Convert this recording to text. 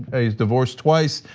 he's divorced twice,